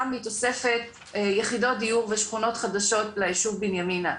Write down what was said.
מתוספת יחידות דיור ושכונות חדשות ליישוב בנימינה.